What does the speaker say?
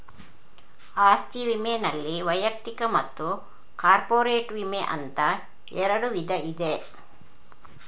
ಆಸ್ತಿ ವಿಮೆನಲ್ಲಿ ವೈಯಕ್ತಿಕ ಮತ್ತು ಕಾರ್ಪೊರೇಟ್ ವಿಮೆ ಅಂತ ಎರಡು ವಿಧ ಇದೆ